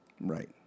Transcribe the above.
Right